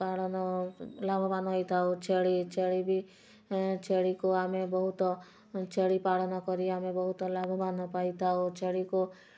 ପାଳନ ଲାଭବାନ ହୋଇଥାଉ ଛେଳି ଛେଳି ବି ଛେଳିକୁ ଆମେ ବହୁତ ଛେଳି ପାଳନ କରି ଆମେ ବହୁତ ଲାଭବାନ ପାଇଥାଉ ଛେଳିକୁ